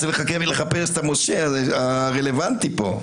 צריך לחפש את המשה הרלוונטי פה.